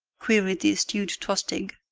queried the astute tostig.